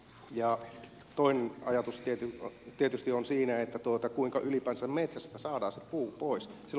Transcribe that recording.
ja toinen ajatus tietysti on siinä kuinka ylipäänsä metsästä saadaan se puu pois